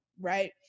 right